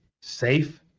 safe